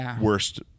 worst